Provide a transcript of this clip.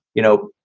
you know,